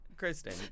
Kristen